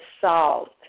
solved